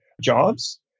jobs